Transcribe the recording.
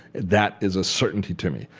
that is a certainty to me.